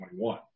2021